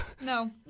No